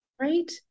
Right